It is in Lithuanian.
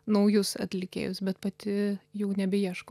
naujus atlikėjus bet pati jų nebeieškau